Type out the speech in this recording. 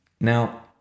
Now